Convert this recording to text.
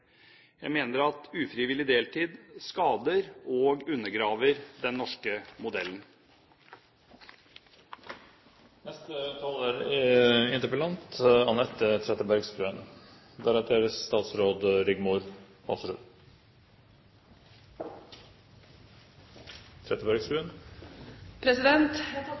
Jeg mener at ufrivillig deltid skader og undergraver den norske modellen. Jeg